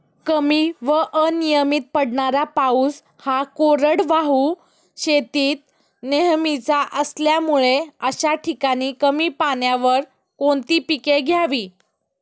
कमी व अनियमित पडणारा पाऊस हा कोरडवाहू शेतीत नेहमीचा असल्यामुळे अशा ठिकाणी कमी पाण्यावर कोणती पिके घ्यावी?